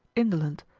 indolent,